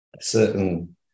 certain